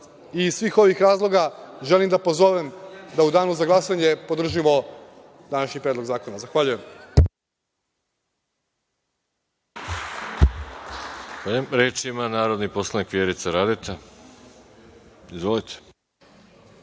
svih ovih razloga želim da pozovem da u danu za glasanje podržimo današnji predlog zakona. Zahvaljujem.